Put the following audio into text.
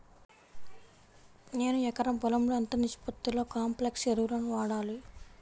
నేను ఎకరం పొలంలో ఎంత నిష్పత్తిలో కాంప్లెక్స్ ఎరువులను వాడాలి?